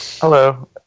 Hello